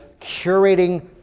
curating